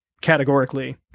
categorically